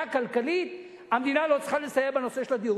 כלכלית המדינה לא צריכה לסייע בנושא הדיור,